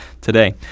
today